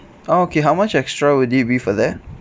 ah okay how much extra will it be for that